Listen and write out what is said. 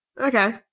Okay